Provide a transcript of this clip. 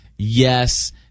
Yes